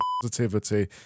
positivity